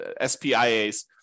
SPIAs